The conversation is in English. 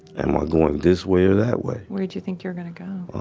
am i going this way or that way? where'd you think you were gonna go? um,